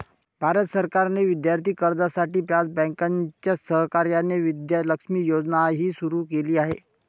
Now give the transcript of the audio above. भारत सरकारने विद्यार्थी कर्जासाठी पाच बँकांच्या सहकार्याने विद्या लक्ष्मी योजनाही सुरू केली आहे